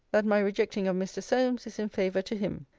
that my rejecting of mr. solmes is in favour to him.